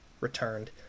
returned